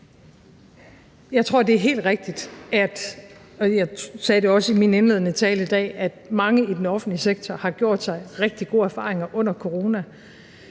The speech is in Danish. min indledende tale i dag, at mange i den offentlige sektor har gjort sig rigtig gode erfaringer under corona.